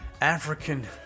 African